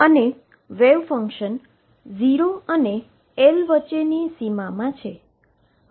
અને wave function 0 અને L વચ્ચેની સીમામાં છે